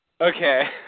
Okay